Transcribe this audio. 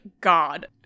God